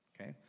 Okay